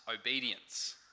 obedience